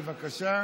בבקשה.